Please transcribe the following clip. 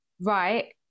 right